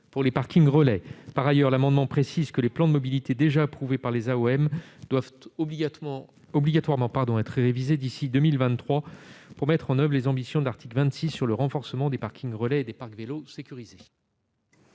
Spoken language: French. pour les parkings relais. Par ailleurs, cet amendement vise à préciser que les plans de mobilité déjà approuvés par les AOM doivent obligatoirement être révisés d'ici à 2023 pour mettre en oeuvre les ambitions de l'article 26 sur le renforcement des parkings relais et des parcs vélos sécurisés.